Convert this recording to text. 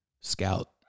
Scout